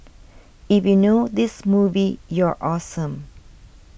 if you know this movie you're awesome